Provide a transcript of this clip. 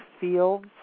fields